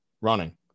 Running